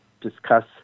discuss